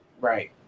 right